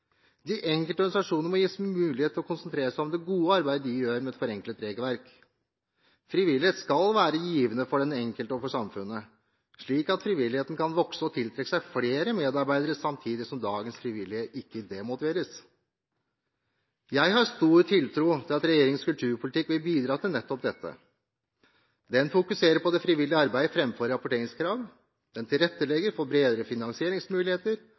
De enkelte organisasjonene må gis mulighet til å konsentrere seg om det gode arbeidet de gjør, med et forenklet regelverk. Frivillighet skal være givende for den enkelte og for samfunnet, slik at frivilligheten kan vokse og tiltrekke seg flere medarbeidere, samtidig som dagens frivillige ikke demotiveres. Jeg har stor tiltro til at regjeringens kulturpolitikk vil bidra til nettopp dette. Den fokuserer på det frivillige arbeidet framfor rapporteringskrav, den tilrettelegger for bredere finansieringsmuligheter,